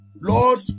Lord